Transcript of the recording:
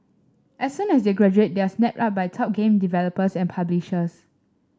as soon as they graduate they are snapped up by top game developers and publishers